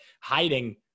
hiding